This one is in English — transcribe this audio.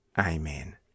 Amen